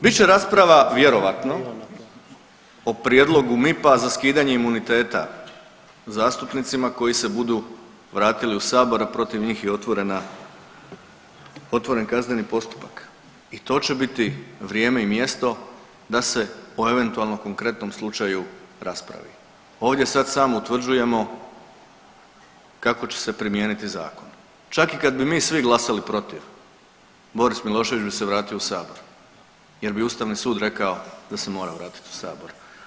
Bit će rasprava vjerovatno o prijedlogu MIP-a za skidanje imuniteta zastupnicima koji se budu vratili u sabor, a protiv njih je otvoren kazneni postupak i to će biti vrijeme i mjesto da se o eventualno konkretnom slučaju raspravi ovdje sad samo utvrđujemo kako će se primijeniti zakon, čak i kad mi svi glasali protiv Boris Milošević bi se vrati o sabor jer bi Ustavni sud rekao da se mora vratiti u sabor.